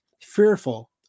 fearful